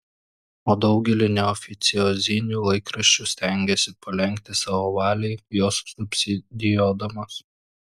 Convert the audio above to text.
o daugelį neoficiozinių laikraščių stengėsi palenkti savo valiai juos subsidijuodamas